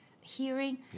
hearing